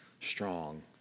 strong